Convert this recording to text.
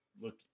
Look